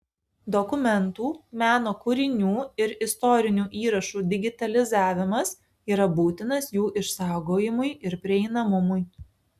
dokumentų meno kūrinių ir istorinių įrašų digitalizavimas yra būtinas jų išsaugojimui ir prieinamumui